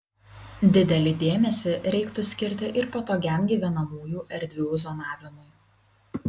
didelį dėmesį reiktų skirti ir patogiam gyvenamųjų erdvių zonavimui